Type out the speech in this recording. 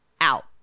out